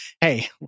Hey